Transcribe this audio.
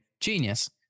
genius